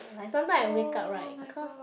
like sometime I wake up right cause